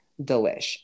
Delish